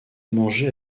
manger